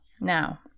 Now